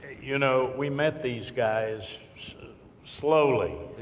you know, we met these guys slowly.